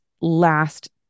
last